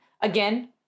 Again